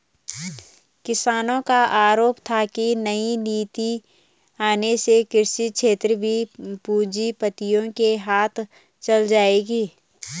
किसानो का आरोप था की नई नीति आने से कृषि क्षेत्र भी पूँजीपतियो के हाथ चली जाएगी